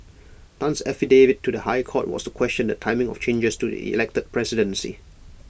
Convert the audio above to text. Tan's affidavit to the High Court was to question the timing of changes to the elected presidency